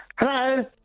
Hello